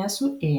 ne su ė